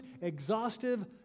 exhaustive